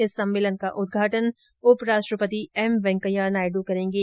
इस सम्मेलन का उदघाटन उपराष्ट्रपति एम वेंकैया नायडु करेंगे